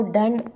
done